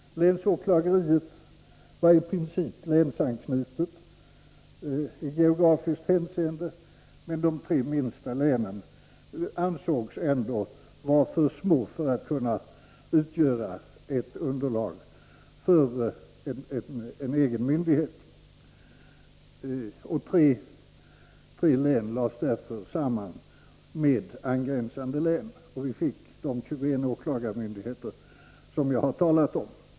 Länsåklageriet var i princip länsanknutet i geografiskt hänseende, men de tre minsta länen ansågs ändå vara för små för att kunna utgöra underlag för en egen myndighet, och de lades därför samman med angränsande län. Vi fick därmed de 21 länsåklagarmyndigheter som jag har talat om.